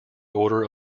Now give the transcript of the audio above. order